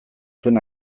zuen